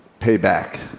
Payback